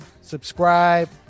subscribe